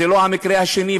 זה לא המקרה השני,